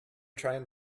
trying